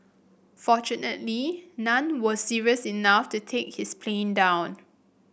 fortunately none were serious enough to take his plane down